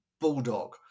bulldog